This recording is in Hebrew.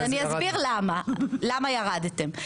אני אסביר למה ירדתם.